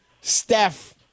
Steph